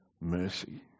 mercy